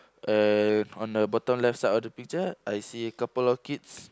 uh on the bottom left side of the picture I see a couple of kids